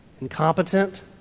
incompetent